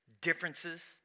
differences